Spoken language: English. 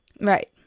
Right